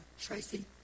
Tracy